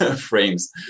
frames